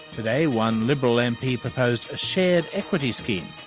today, one liberal mp proposed a shared equity spin,